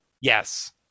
Yes